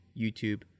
YouTube